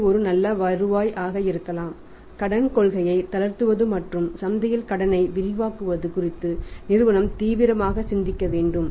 இது ஒரு நல்ல வருவாய் ஆக இருக்கலாம் கடன் கொள்கையை தளர்த்துவது மற்றும் சந்தையில் கடனை விரிவாக்குவது குறித்து நிறுவனம் தீவிரமாக சிந்திக்க வேண்டும்